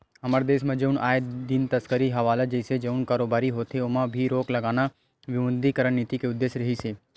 हमर देस म जउन आए दिन तस्करी हवाला जइसे जउन कारोबारी होथे ओमा भी रोक लगाना विमुद्रीकरन नीति के उद्देश्य रिहिस हे